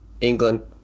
England